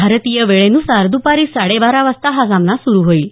भारतीय वेळेनुसार दुपारी साडेबारा वाजता हा सामना सुरू होईल